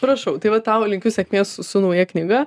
prašau tai va tau linkiu sėkmės su su nauja knyga